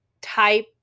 type